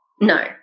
No